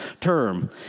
term